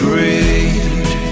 Great